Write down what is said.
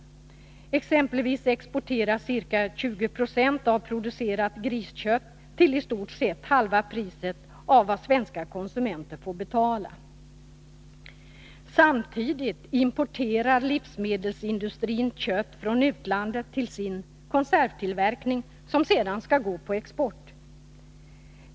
Ett exempel är att ca 20 26 av producerat griskött exporteras till i stort sett halva priset av vad svenska konsumenter får betala. Samtidigt importerar livsmedelsindustrin kött från utlandet till sin konservtillverkning, som sedan skall gå på export.